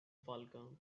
falcon